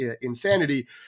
insanity